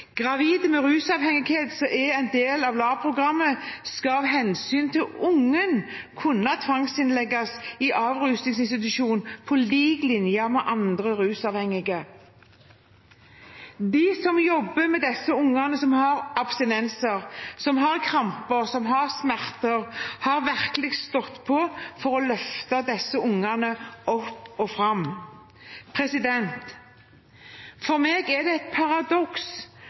med rusavhengighet som er en del av LAR-programmet, skal av hensyn til ungen kunne tvangsinnlegges i avrusningsinstitusjon på lik linje med andre rusavhengige. De som jobber med ungene som har abstinenser, som har kramper, som har smerter, har virkelig stått på for å løfte disse ungene opp og fram. For meg er det et paradoks